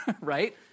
right